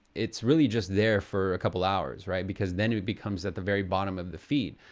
it's really just there for a couple hours, right? because then it becomes at the very bottom of the feed.